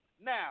now